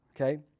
okay